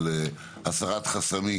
של הסרת חסמים,